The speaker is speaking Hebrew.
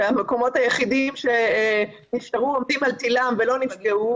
שהמקומות היחידים שנשארו עומדים על תילם ולא נפגעו